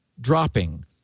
dropping